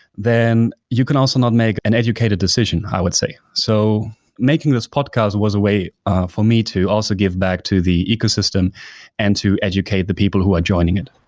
then you can also not make an educated decision, i would say. so making this podcast was a way for me to also give back to the ecosystem and to educate the people who are joining it.